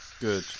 Good